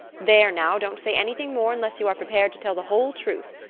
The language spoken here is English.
there now, don't say anything more unless you are prepared to tell the whole truth.